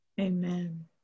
Amen